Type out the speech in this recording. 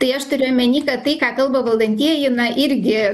tai aš turiu omeny kad tai ką kalba valdantieji irgi